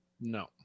No